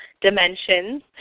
dimensions